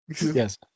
Yes